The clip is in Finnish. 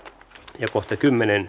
jos kohta kymmenen